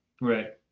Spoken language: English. Right